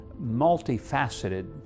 multifaceted